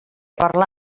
parlar